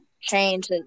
change